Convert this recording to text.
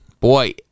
boy